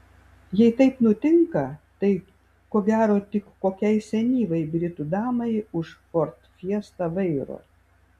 jei taip nutinka tai ko gero tik kokiai senyvai britų damai už ford fiesta vairo